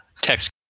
text